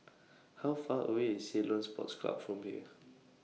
How Far away IS Ceylon Sports Club from here